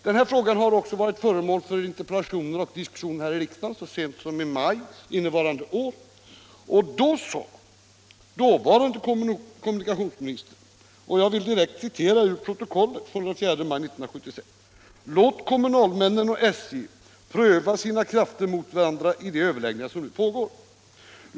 Den här frågan var så sent som den 4 maj innevarande år föremål för en interpellationsdebatt här i riksdagen. Då sade dåvarande kommunikationsministern: ”Låt kommunalmännen och SJ pröva sina krafter mot varandra i de överläggningar som nu pågår.